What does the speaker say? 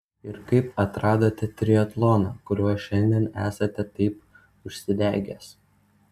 ir kaip atradote triatloną kuriuo šiandien esate taip užsidegęs